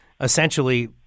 essentially